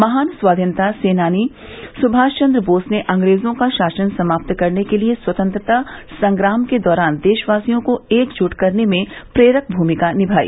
महान स्वाधीनता सेनानी सुभाष चंद्र बोस ने अंग्रेजों का शासन समाप्त करने के लिए स्वतंत्रता संग्राम के दौरान देशवासियों को एकज्ट करने में प्रेरक भूमिका निभाई